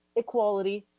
equality,